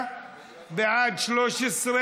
רויטל סויד,